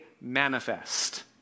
manifest